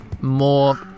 more